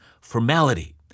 formality